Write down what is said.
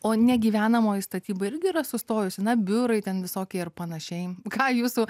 o negyvenamoji statyba irgi yra sustojusi na biurai ten visokie ir panašiai ką jūsų